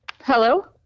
Hello